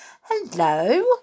Hello